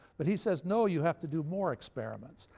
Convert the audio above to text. but he says no, you have to do more experiments.